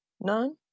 None